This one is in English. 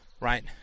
right